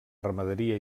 ramaderia